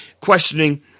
questioning